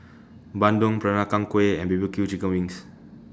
Bandung Peranakan Kueh and B B Q Chicken Wings